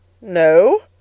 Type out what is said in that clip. No